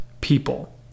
people